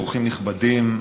אורחים נכבדים,